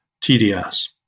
TDS